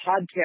podcast